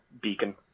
beacon